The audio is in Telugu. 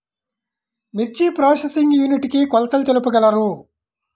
మిర్చి ప్రోసెసింగ్ యూనిట్ కి కొలతలు తెలుపగలరు?